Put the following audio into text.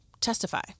testify